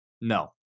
No